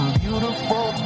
beautiful